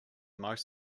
most